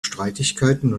streitigkeiten